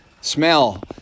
smell